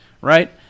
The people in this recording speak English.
right